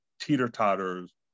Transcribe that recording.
teeter-totters